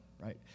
right